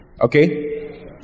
okay